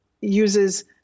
uses